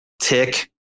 tick